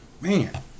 man